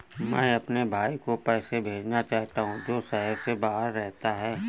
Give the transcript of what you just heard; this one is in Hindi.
मैं अपने भाई को पैसे भेजना चाहता हूँ जो शहर से बाहर रहता है